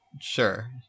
Sure